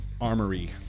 armory